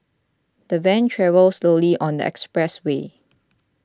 the van travelled slowly on the expressway